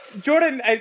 Jordan